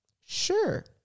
Sure